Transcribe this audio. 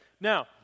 now